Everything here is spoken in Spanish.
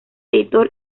editor